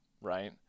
right